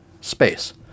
Space